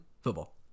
football